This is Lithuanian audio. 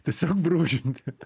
tiesiog brūžinti